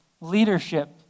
leadership